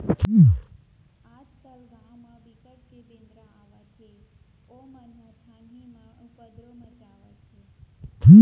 आजकाल गाँव म बिकट के बेंदरा आवत हे ओमन छानही म उपदरो मचावत हे